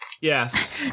Yes